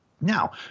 Now